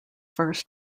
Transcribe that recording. first